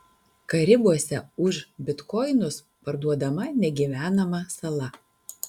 karibuose už bitkoinus parduodama negyvenama sala